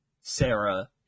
Sarah